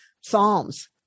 Psalms